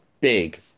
big